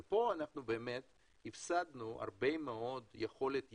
פה הפסדנו הרבה מאוד יכולת ייצוא.